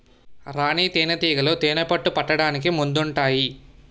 రాణీ తేనేటీగలు తేనెపట్టు పెట్టడానికి ముందుంటాయి